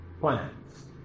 plans